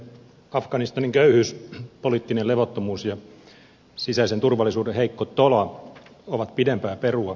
afganistanin köyhyys poliittinen levottomuus ja sisäisen turvallisuuden heikko tola ovat pidempää perua